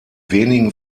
wenigen